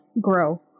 grow